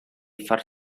far